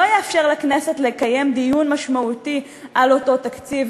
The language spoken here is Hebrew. לא יתאפשר לכנסת לקיים דיון משמעותי על אותו תקציב,